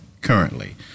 currently